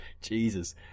Jesus